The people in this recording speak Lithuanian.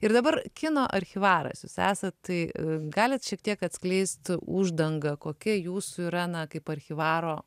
ir dabar kino archyvaras jūs esat tai galit šiek tiek atskleist uždangą kokia jūsų yra na kaip archyvaro